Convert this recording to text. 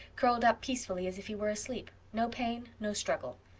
curled up peacefully as if he were asleep. no pain no struggle.